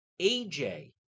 AJ